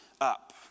up